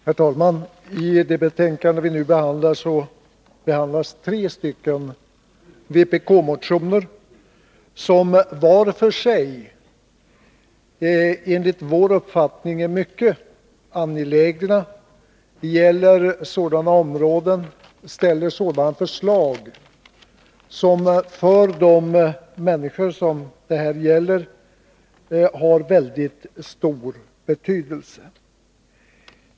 Herr talman! I det betänkande vi nu diskuterar behandlas tre vpkmotioner, som var för sig enligt vår uppfattning är mycket angelägna. Motionerna gäller sådana områden och innehåller sådana förslag som för de människor som det här är fråga om har mycket stor betydelse.